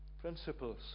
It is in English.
Principles